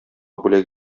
бүләк